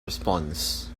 response